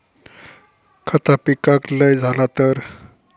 खता पिकाक लय झाला तर?